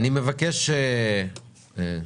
אני מבקש להמשיך בהקראה.